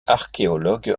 archéologue